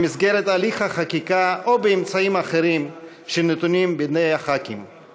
במסגרת הליך החקיקה או באמצעים אחרים שנתונים בידי חברי הכנסת.